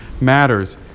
matters